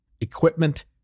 equipment